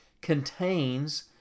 contains